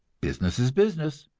business is business,